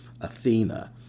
Athena